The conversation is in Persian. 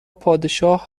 پادشاه